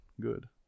good